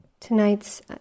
Tonight's